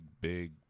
big